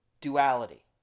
duality